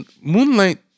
moonlight